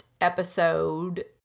episode